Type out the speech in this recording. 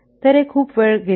तर हे खूप वेळ घेते